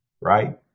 right